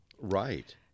Right